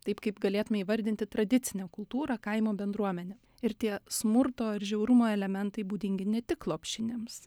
taip kaip galėtume įvardinti tradicinę kultūrą kaimo bendruomenę ir tie smurto ir žiaurumo elementai būdingi ne tik lopšinėms